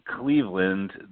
Cleveland